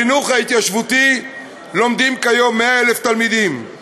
בחינוך ההתיישבותי לומדים כיום 100,000 תלמידים,